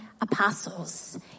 apostles